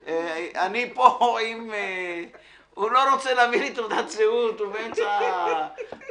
הוא לא רוצה להביא לי תעודת זהות, הוא באמצע הרחוב